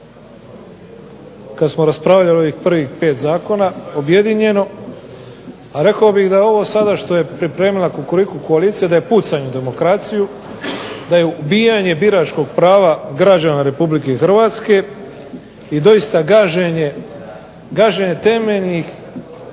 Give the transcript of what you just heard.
kada smo raspravljali o ovih 5 prvih zakona objedinjeno, a rekao bih da je ovo sada što je pripremila Kukuriku koalicija da je pucanj u demokraciju, da je ubijanje biračkog prava građana RH i doista gaženje temelja